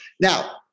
Now